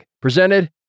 presented